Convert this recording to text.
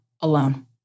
alone